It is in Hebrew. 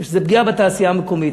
משום שזו פגיעה בתעשייה המקומית.